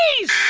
hey!